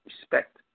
respect